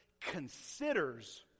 considers